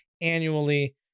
annually